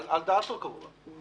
על דעתו, כמובן.